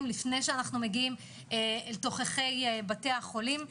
לפני שאנחנו מגיעים אל תוככי בתי החולים.